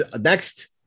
next